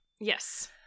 Yes